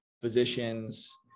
physicians